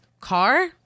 car